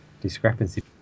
discrepancy